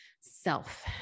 self